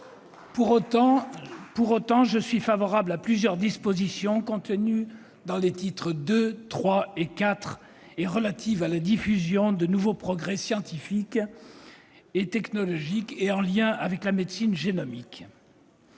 Pour autant, je suis favorable à plusieurs dispositions contenues dans les titres II, III et IV, relatives à la diffusion de nouveaux progrès scientifiques et technologiques et en lien avec la médecine génomique.